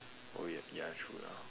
oh ya ya true lah